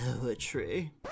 poetry